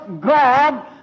God